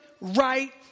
right